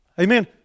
Amen